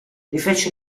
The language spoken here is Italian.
rifece